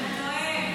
אתה טועה.